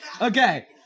Okay